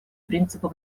принципа